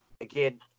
Again